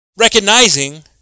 recognizing